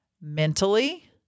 mentally